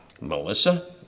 melissa